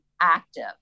active